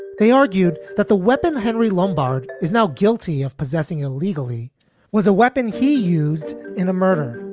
they argued that the weapon henry lombard is now guilty of possessing illegally was a weapon he used in a murder.